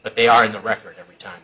they are in the record every time